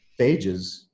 phages